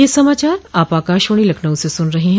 ब्रे क यह समाचार आप आकाशवाणी लखनऊ से सुन रहे हैं